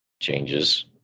changes